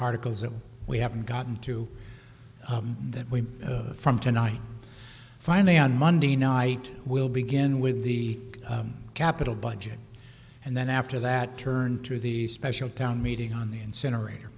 articles that we haven't gotten to that we from tonight finally on monday night we'll begin with the capital budget and then after that turn to the special town meeting on the incinerator